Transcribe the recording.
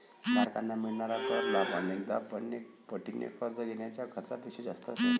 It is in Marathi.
धारकांना मिळणारा कर लाभ अनेकदा अनेक पटीने कर्ज घेण्याच्या खर्चापेक्षा जास्त असेल